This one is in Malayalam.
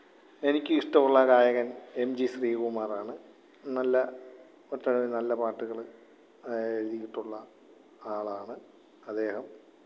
എനിക്ക് ഇഷ്ടമുള്ള ഗായകന് എം ജി ശ്രീകുമാറാണ് നല്ല ഒട്ടനവധി നല്ല പാട്ടുകൾ എഴുതിയിട്ടുള്ള ആളാണ് അദ്ദേഹം